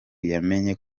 yamenye